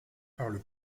parle